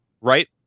right